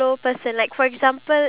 okay you have